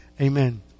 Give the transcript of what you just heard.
Amen